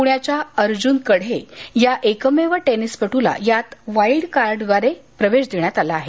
पुण्याच्या अर्जुन कढे या एकमेव टेनिसपटुला यात वाईल्ड कार्डद्वारे प्रवेश देण्यात आला आहे